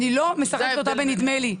אני לא משחקת אותה בנדמה לי.